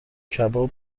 کباب